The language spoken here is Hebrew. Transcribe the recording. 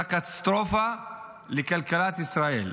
אתה הקטסטרופה לכלכלת ישראל,